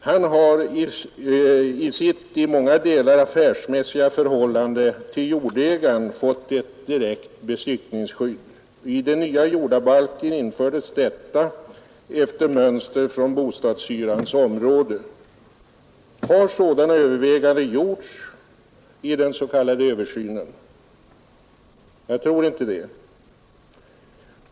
Han har i sitt i många delar affärsmässiga förhållande till jordägaren fått ett direkt besittningsskydd. I den nya jordabalken infördes detta efter mönster från bostadshyrans område. Har sådana överväganden gjorts i den s.k. översynen? Jag tror inte det.